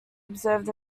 observed